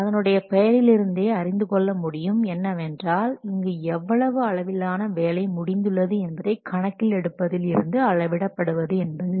அதனுடைய பெயரிலிருந்தே அறிந்து கொள்ள முடியும் என்னவென்றால் இங்கு எவ்வளவு அளவிலான வேலை முடிந்துள்ளது என்பதை கணக்கில் எடுப்பதில் இருந்து அளவிட படுவது என்பது